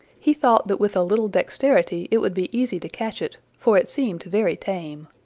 he thought that with a little dexterity it would be easy to catch it, for it seemed very tame.